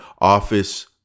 office